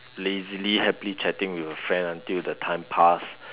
lazily happily chatting with a friend until the time pass